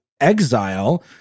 exile